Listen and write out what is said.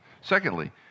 Secondly